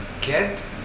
get